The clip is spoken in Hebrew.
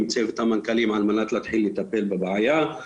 צוות מנכ"לים על מנת להתחיל ולטפל בבעיה.